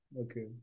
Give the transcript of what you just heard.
Okay